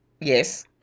Yes